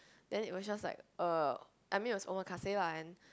then it was just like uh I mean it was omakase lah and